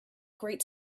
great